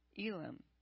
Elam